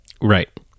Right